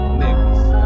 niggas